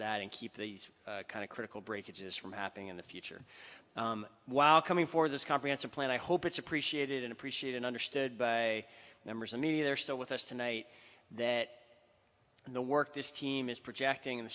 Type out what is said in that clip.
that and keep these kind of critical break is from happening in the future while coming for this comprehensive plan i hope it's appreciated and appreciated understood by a members i mean they're still with us tonight that the work this team is projecting